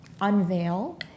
unveil